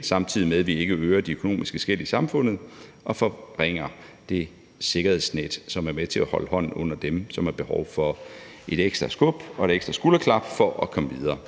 samtidig med at vi ikke øger de økonomiske skel i samfundet og forringer det sikkerhedsnet, som er med til at holde hånden under dem, som har behov for et ekstra skub og et ekstra skulderklap for at komme videre.